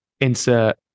insert